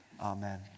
Amen